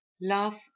love